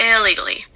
Illegally